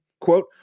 Quote